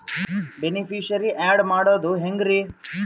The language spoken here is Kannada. ಬೆನಿಫಿಶರೀ, ಆ್ಯಡ್ ಮಾಡೋದು ಹೆಂಗ್ರಿ?